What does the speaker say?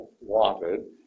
wanted